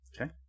Okay